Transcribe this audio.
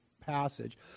passage